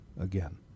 again